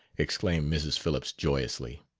exclaimed mrs. phillips joyously.